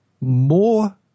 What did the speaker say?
more